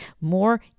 more